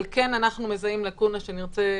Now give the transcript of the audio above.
אבל אנחנו מזהים לקונה שנרצה,